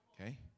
Okay